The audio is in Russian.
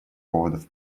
поводов